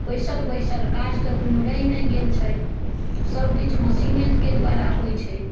बैसल बैसल काज तऽ कोनो रहि नहि गेल छै सभ किछु मशीनेके दुआरा होइ छै